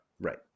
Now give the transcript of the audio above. right